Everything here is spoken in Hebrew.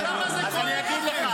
לא, לדיגיטל.